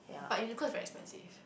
but Uniqlo is very expensive